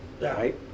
right